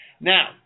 Now